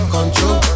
Control